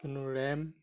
কিন্তু ৰেম